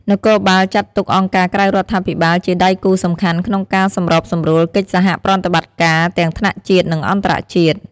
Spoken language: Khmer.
នគរបាលចាត់ទុកអង្គការក្រៅរដ្ឋាភិបាលជាដៃគូសំខាន់ក្នុងការសម្របសម្រួលកិច្ចសហប្រតិបត្តិការទាំងថ្នាក់ជាតិ និងអន្តរជាតិ។